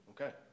okay